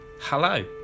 hello